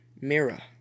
Mira